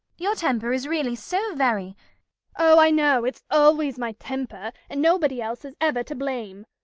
your temper is really so very oh, i know. it's always my temper, and nobody else is ever to blame.